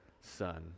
son